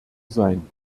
sein